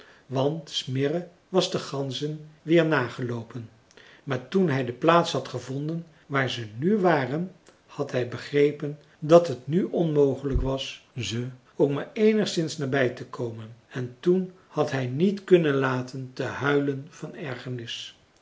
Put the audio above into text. want smirre was de ganzen weer nageloopen maar toen hij de plaats had gevonden waar ze nu waren had hij begrepen dat het nu onmogelijk was ze ook maar eenigszins nabij te komen en toen had hij niet kunnen laten te huilen van ergernis